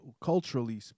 culturally